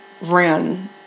ran